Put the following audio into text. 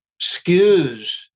skews